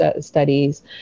studies